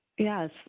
Yes